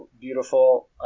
beautiful